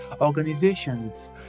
organizations